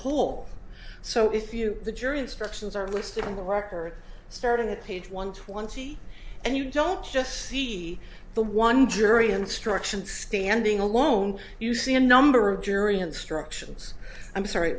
whole so if you the jury instructions are listed in the record starting at page one twenty and you don't just see the one jury instructions standing alone you see a number of jury instructions i'm sorry